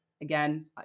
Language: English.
Again